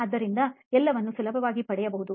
ಅದರಿಂದ ಎಲ್ಲವನ್ನೂ ಸುಲಭವಾಗಿ ಪಡೆಯಬಹುದು